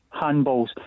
handballs